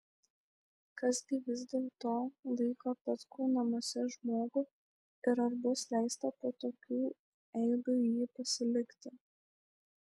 kas gi vis dėlto laiko petkų namuose žmogų ir ar bus leista po tokių eibių jį pasilikti